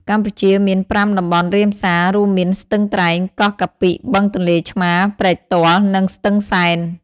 កម្ពុជាមាន ៥ តំបន់រ៉ាមសារ រួមមាន ស្ទឹងត្រែង កោះកាពិ បឹងទន្លេឆ្មារ ព្រែកទាល់ និងស្ទឹងសែន។